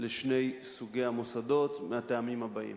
לשני סוגי המוסדות, מהטעמים האלה: